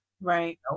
Right